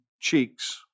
cheeks